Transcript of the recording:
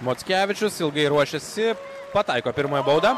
mockevičius ilgai ruošėsi pataiko pirmąją baudą